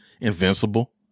invincible